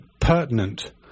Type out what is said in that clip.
pertinent